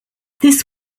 this